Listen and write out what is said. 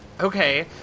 Okay